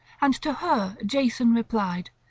and to her jason replied